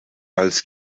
als